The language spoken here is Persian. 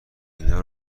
اینا